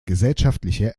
gesellschaftliche